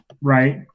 right